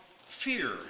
fear